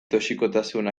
toxikotasun